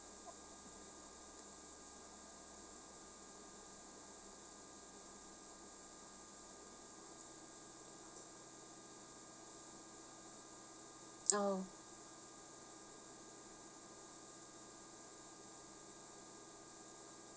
oh